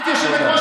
את יושבת-ראש